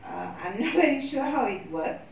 err I'm not very sure how it works